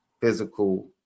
physical